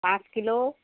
पांच किलो